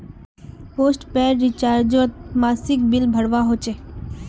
postpaid रिचार्जोत मासिक bill भरवा होचे